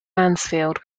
mansfield